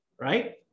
right